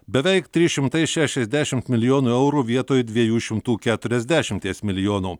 beveik trys šimtai šešiasdešimt milijonų eurų vietoj dviejų šimtų keturiasdešimties milijonų